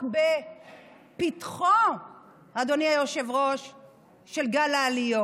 רק בפתחו של גל העליות.